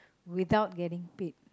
without getting paid